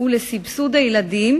ולסבסוד הילדים,